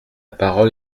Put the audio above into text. parole